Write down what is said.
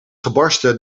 gebarsten